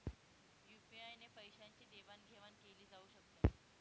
UPI ने पैशांची देवाणघेवाण केली जाऊ शकते